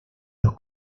los